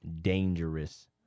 dangerous